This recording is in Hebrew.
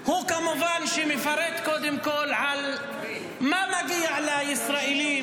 כמובן שהוא מפרט קודם כול מה מגיע לישראלים,